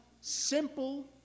simple